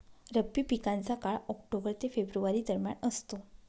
रब्बी पिकांचा काळ ऑक्टोबर ते फेब्रुवारी दरम्यान असतो